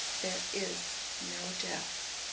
there is no death.